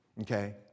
Okay